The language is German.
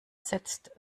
setzt